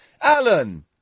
Alan